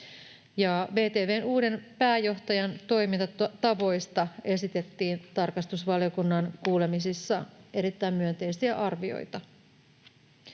VTV:n uuden pääjohtajan toimintatavoista esitettiin tarkastusvaliokunnan kuulemisissa erittäin myönteisiä arvioita.